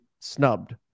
snubbed